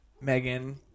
Megan